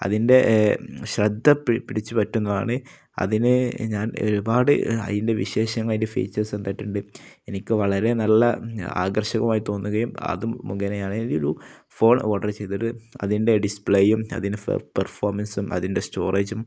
അതിൻ്റെ ശ്രദ്ധ പിടിച്ചുപറ്റുന്നതാണ് അതിന് ഞാൻ ഒരുപാട് അതിൻ്റെ വിശേഷങ്ങളതിൻ്റെ ഫീച്ചേഴ്സ് എന്തായിട്ടുണ്ട് എനിക്കു വളരെ നല്ല ആകർഷകമായി തോന്നുകയും അതും മുഖേന ഞാനൊരു ഫോൺ ഓർഡർ ചെയ്തിട്ട് അതിൻ്റെ ഡിസ്പ്ലേയും അതിന്റെ പെർഫോമൻസും അതിൻ്റെ സ്റ്റോറേജും